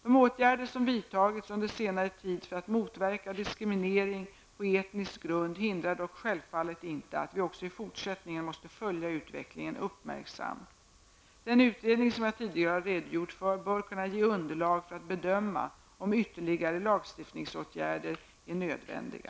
De åtgärder som vidtagits under senare tid för att motverka diskriminering på etnisk grund hindrar dock självfallet inte att vi också i fortsättningen måste följa utvecklingen uppmärksamt. Den utredning som jag tidigare har redogjort för bör kunna ge underlag för att bedöma om ytterligare lagstiftningsåtgärder är nödvändiga.